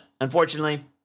unfortunately